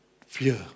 Fear